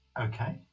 Okay